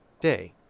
Day